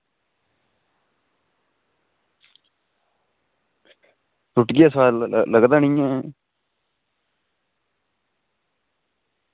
रुट्टियै गी सोआद लग लगदा निं ऐ